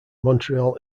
montreal